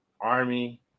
Army